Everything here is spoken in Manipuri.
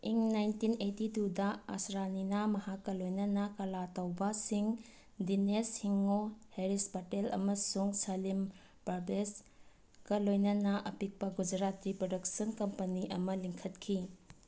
ꯏꯪ ꯅꯥꯏꯟꯇꯤꯟ ꯑꯩꯠꯇꯤ ꯇꯨꯗ ꯑꯥꯁ꯭ꯔꯥꯅꯤꯅ ꯃꯍꯥꯛꯀ ꯂꯣꯏꯅꯅ ꯀꯂꯥ ꯇꯧꯕꯁꯤꯡ ꯗꯤꯅꯦꯁ ꯍꯤꯡꯉꯣ ꯍꯔꯤꯁ ꯄꯇꯦꯜ ꯑꯃꯁꯨꯡ ꯁꯂꯤꯝ ꯄ꯭ꯔꯕꯦꯁꯀ ꯂꯣꯏꯅꯅ ꯑꯄꯤꯛꯄ ꯒꯨꯖꯔꯥꯇꯤ ꯄ꯭ꯔꯗꯛꯁꯟ ꯀꯝꯄꯅꯤ ꯑꯃ ꯂꯤꯡꯈꯠꯈꯤ